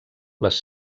les